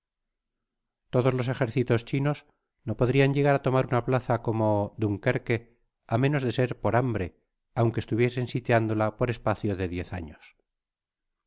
todos jos ejércitos chinos no podrian llegar á tomar una plaza como dunkerque á menos de ser por hambíe aunque estuviesen sitiándola por espacio de diez anos